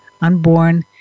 Unborn